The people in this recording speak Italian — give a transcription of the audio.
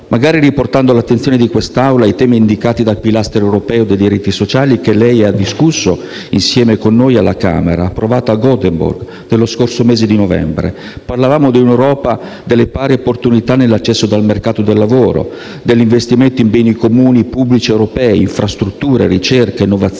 magari riportando all'attenzione di quest'Assemblea i temi indicati dal pilastro europeo dei diritti sociali, che lei ha discusso insieme con noi alla Camera e approvato a Göteborg nello scorso mese di novembre. Parlavamo di una Europa delle pari opportunità nell'accesso al mercato del lavoro e dell'investimento in beni comuni pubblici europei: infrastrutture, ricerca, innovazione,